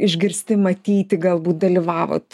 išgirsti matyti galbūt dalyvavot